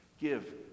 Give